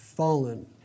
Fallen